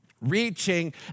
reaching